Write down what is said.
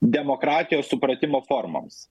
demokratijos supratimo formoms